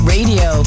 Radio